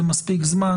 זה מספיק זמן,